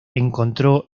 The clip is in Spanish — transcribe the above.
encontró